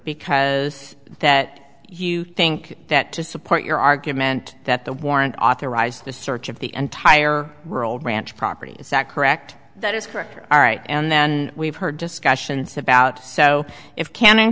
because that you think that to support your argument that the warrant authorized the search of the entire world ranch property is that correct that is correct all right and then we've heard discussions about so it can